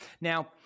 Now